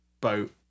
boat